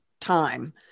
time